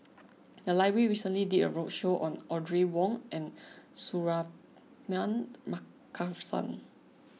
the library recently did a roadshow on Audrey Wong and Suratman Markasan